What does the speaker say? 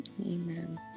Amen